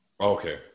okay